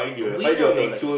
we know your location